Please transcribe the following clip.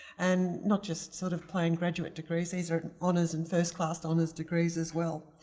and not just sort of playing graduate degrees, these are honors, and first class honors degrees as well.